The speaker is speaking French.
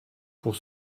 pour